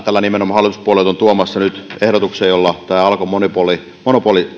tällä nimenomaan hallituspuolueet ovat tuomassa nyt ehdotuksen jolla alkon monopoli monopoli